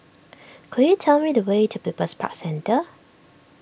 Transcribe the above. could you tell me the way to People's Park Centre